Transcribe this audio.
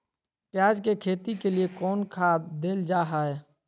प्याज के खेती के लिए कौन खाद देल जा हाय?